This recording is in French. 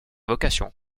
vocation